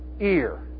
ear